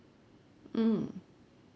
mm